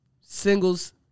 Singles